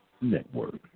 Network